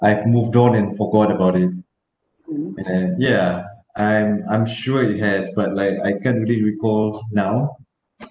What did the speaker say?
I moved on and forgot about it and ya I'm I'm sure it has but like I can't really recall now